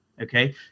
okay